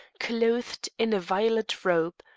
clothed in a violet robe,